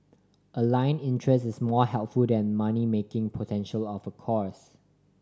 align interest is more helpful than money making potential of a course